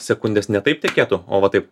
sekundės ne taip tekėtų o va taip